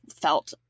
felt